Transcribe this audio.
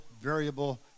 Variable